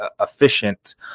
efficient